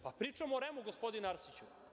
Pa, pričam o REM-u, gospodine Arsiću.